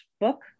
book